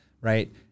right